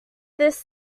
this